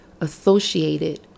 associated